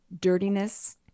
dirtiness